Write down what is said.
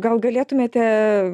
gal galėtumėte